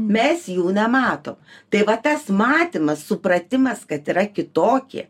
mes jų nemato tai va tas matymas supratimas kad yra kitokie